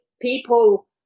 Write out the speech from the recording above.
people